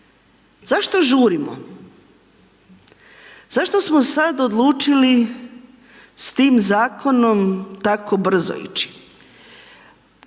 Zašto žurimo? Zašto smo sad odlučili s tim zakonom tako brzo ići.